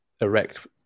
erect